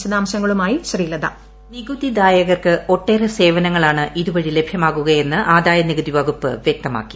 വിശദാംശങ്ങളുമായി ശ്രീലത വോയിസ് നികുതിദായകർക്ക് ഒട്ടേറെ സേവനങ്ങളാണ് ഇതുവഴി ലഭ്യമാകുകയെന്ന് ആദായ നികുതി വകുപ്പ് വ്യക്തമാക്കി